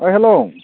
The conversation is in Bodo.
अह हेलौ